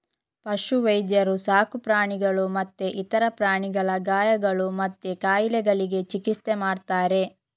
ಪಶು ವೈದ್ಯರು ಸಾಕು ಪ್ರಾಣಿಗಳು ಮತ್ತೆ ಇತರ ಪ್ರಾಣಿಗಳ ಗಾಯಗಳು ಮತ್ತೆ ಕಾಯಿಲೆಗಳಿಗೆ ಚಿಕಿತ್ಸೆ ಮಾಡ್ತಾರೆ